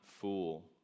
fool